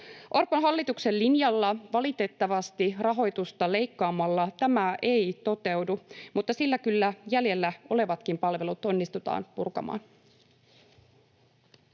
Orpon hallituksen linjalla valitettavasti rahoitusta leikkaamalla tämä ei toteudu, mutta sillä kyllä jäljellä olevatkin palvelut onnistutaan purkamaan.